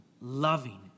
loving